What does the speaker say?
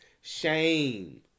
shame